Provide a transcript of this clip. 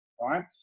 right